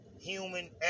human